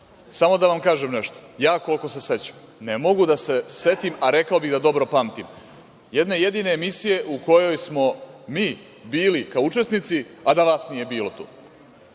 da vam kažem nešto. Koliko se sećam, ne mogu da se setim, a rekao bih da dobro pamtim, jedne jedine emisije u kojoj smo mi bili kao učesnici, a da vas nije bilo tu,